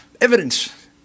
evidence